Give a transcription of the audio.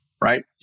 right